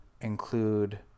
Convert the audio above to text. include